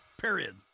period